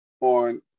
On